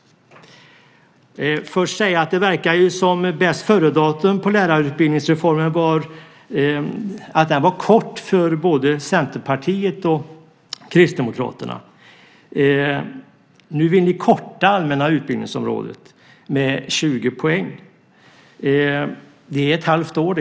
Jag vill först säga att det verkar som om bästföredatum på lärarutbildningsreformen var kort för både Centerpartiet och Kristdemokraterna. Nu vill ni korta det allmänna utbildningsområdet med 20 poäng. Det är ett halvt år.